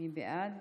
מי בעד?